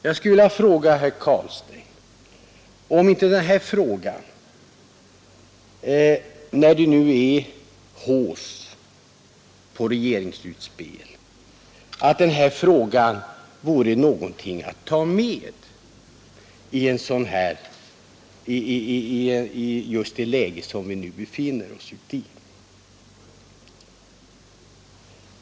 Jag skulle vilja fråga herr Carlstein om inte den här frågan vore någonting att ta med, när det nu är hausse på regeringsutspel.